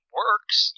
works